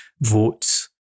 votes